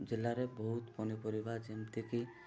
ଜିଲ୍ଲାରେ ବହୁତ ପନିପରିବା ଯେମିତିକି